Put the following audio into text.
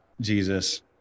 Jesus